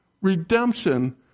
Redemption